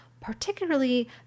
particularly